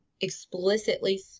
explicitly